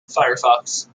firefox